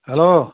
hello